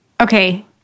Okay